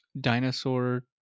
dinosaur